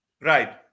right